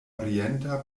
orienta